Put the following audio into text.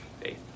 faith